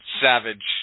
Savage